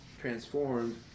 transformed